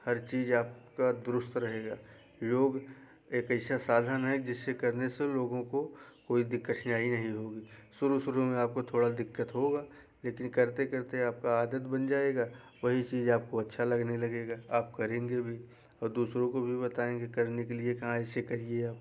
हर चीज आपका दुरुस्त रहेगा योग एक ऐसा साधन है जिसे करने से लोगों को कोई दी कठिनाई नहीं होगी शुरू शुरू में आपको थोड़ी दिक्कत होगी लेकिन करते करते आपकी आदत बन जाएगी वही चीज आपको अच्छा लगने लगेगा आप करेंगे भी और दूसरो को भी बताएंगे करने के लिए कि हाँ ऐसे करें आप